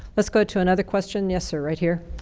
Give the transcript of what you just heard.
let's go to another question. yes, sir. right here.